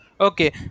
Okay